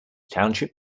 township